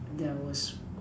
there was